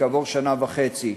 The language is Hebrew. כעבור שנה וחצי,